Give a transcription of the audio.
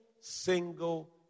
single